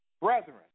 Brethren